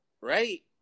right